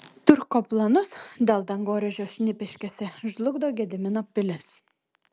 turko planus dėl dangoraižio šnipiškėse žlugdo gedimino pilis